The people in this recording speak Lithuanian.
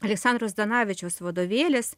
aleksandro zdanavičiaus vadovėlis